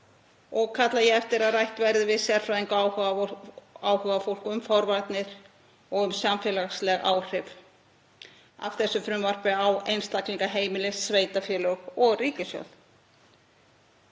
og kalla ég eftir að rætt verði við sérfræðinga og áhugafólk um forvarnir og samfélagsleg áhrif af þessu frumvarpi á einstaklinga, heimili, sveitarfélög og ríkissjóð.